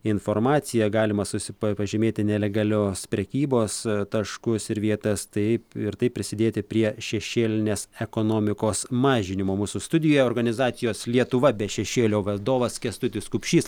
informaciją galima susipažimėti nelegalios prekybos taškus ir vietas taip ir taip prisidėti prie šešėlinės ekonomikos mažinimo mūsų studijoje organizacijos lietuva be šešėlio vadovas kęstutis kupšys